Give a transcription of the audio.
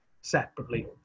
separately